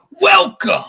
Welcome